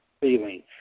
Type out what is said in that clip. feeling